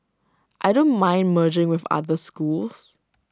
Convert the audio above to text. I don't mind merging with other schools